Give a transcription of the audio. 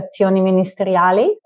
Ministeriali